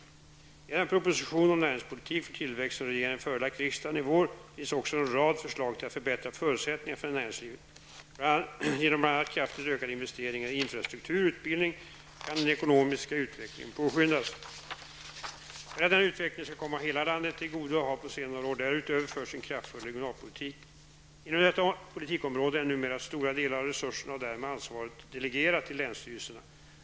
I den proposition om näringspolitik för tillväxt som regeringen förelagt riksdagen i vår finns också en rad förslag till att förbättra förutsättningarna för näringslivet. Genom bl.a. kraftigt ökade investeringar i infrastruktur och utbildning kan den ekonomiska utvecklingen påskyndas. För att denna utveckling skall komma hela landet till godo har på senare år därutöver förts en kraftfull regionalpolitik. Inom detta politikområde är numera stora delar av resurserna och därmed ansvaret delegerat till länsstyrelserna.